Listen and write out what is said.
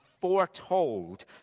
foretold